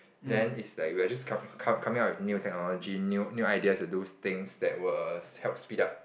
then is like we're just com~ coming up with new technology new new ideas to do things that will help speed up